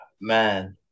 man